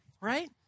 right